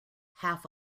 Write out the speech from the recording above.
half